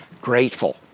grateful